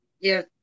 Yes